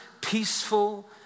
peaceful